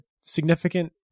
significant